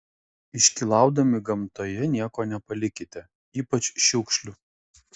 iškylaudami gamtoje nieko nepalikite ypač šiukšlių